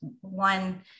one